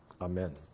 amen